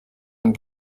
ngo